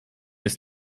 ist